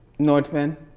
norntman.